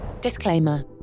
Disclaimer